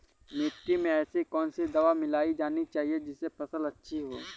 मिट्टी में ऐसी कौन सी दवा मिलाई जानी चाहिए जिससे फसल अच्छी हो?